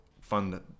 fund